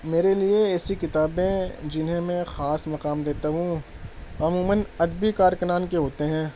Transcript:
میرے لیے ایسی کتابیں جنہیں میں خاص مقام دیتا ہوں عموماً ادبی کارکنان کے ہوتے ہیں